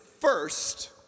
first